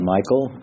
Michael